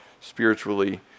spiritually